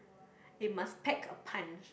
it must packed a punch